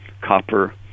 copper